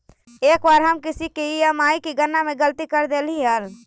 एक बार हम किसी की ई.एम.आई की गणना में गलती कर देली हल